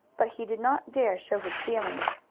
but he did not dare show his feelings.